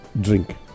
drink